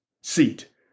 seat